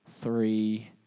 three